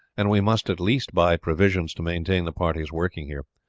and we must at least buy provisions to maintain the parties working here.